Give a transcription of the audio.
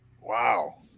Wow